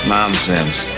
Nonsense